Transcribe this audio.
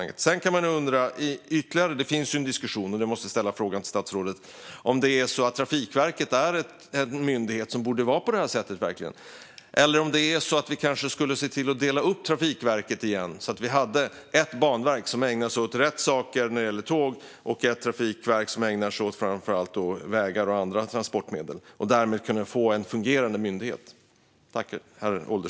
Utöver det kan man undra - den diskussionen finns, och jag måste ställa frågan till statsrådet - om Trafikverket verkligen borde vara en myndighet på det sätt det är nu eller om vi kanske skulle se till att återigen dela upp Trafikverket i ett banverk som ägnar sig åt rätt saker när det gäller tåg och ett trafikverk som ägnar sig åt framför allt vägar och andra transportmedel. Därmed kunde vi få fungerande myndigheter.